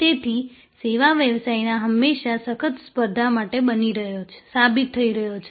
તેથી સેવા વ્યવસાય હંમેશા સખત સ્પર્ધા માટે સાબિત થઈ રહ્યો છે